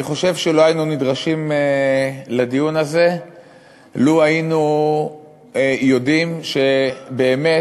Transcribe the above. אני חושב שלא היינו נדרשים לדיון הזה לו היינו יודעים באמת